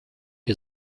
ihr